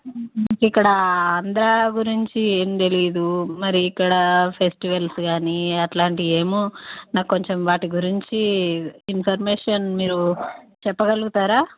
ఇక్కడ ఆంధ్రా గురించి ఏం తెలీదు మరి ఇక్కడ ఫెస్టివల్స్ కానీ అట్లాంటివి ఏమి నాకు కొంచెం వాటి గురించి ఇన్ఫర్మేషన్ మీరు చెప్పగలుగుతారా